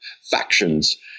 factions